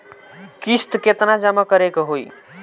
किस्त केतना जमा करे के होई?